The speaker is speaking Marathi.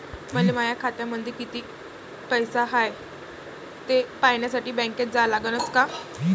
मले माया खात्यामंदी कितीक पैसा हाय थे पायन्यासाठी बँकेत जा लागनच का?